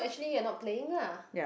actually you're not playing lah